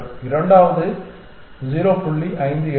66 இரண்டாவதாக 0